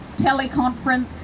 teleconference